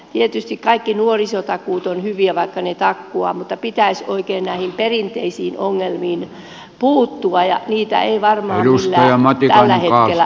tietysti kaikki nuorisotakuut ovat hyviä vaikka ne takkuavat mutta pitäisi oikein näihin perinteisiin ongelmiin puuttua ja niitä ei varmaan millään tällä hetkellä ratkaista